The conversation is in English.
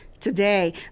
Today